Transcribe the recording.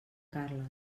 carles